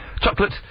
chocolate